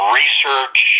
research